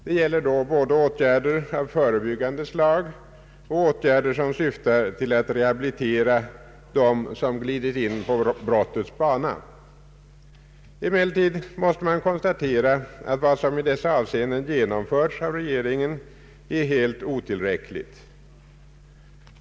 Det gäller då både åtgärder av förebyggande slag och åtgärder som syftar till att rehabilitera dem som glidit in på brottets bana. Emellertid måste man konstatera att vad som i dessa avseenden genomförts av regeringen är helt otillräckligt.